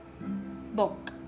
book